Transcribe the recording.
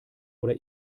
oder